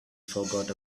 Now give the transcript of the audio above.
forgot